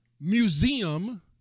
museum